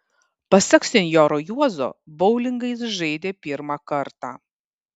pasak senjoro juozo boulingą jis žaidė pirmą kartą